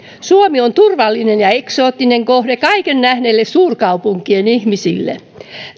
suomi on turvallinen ja eksoottinen kohde kaiken nähneille suurkaupunkien ihmisille